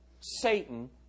Satan